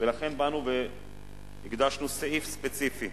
ולכן באנו והקדשנו סעיף ספציפי,